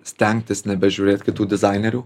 stengtis nebežiūrėt kitų dizainerių